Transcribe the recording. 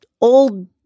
old